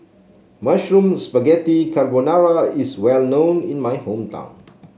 Mushroom Spaghetti Carbonara is well known in my hometown